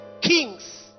kings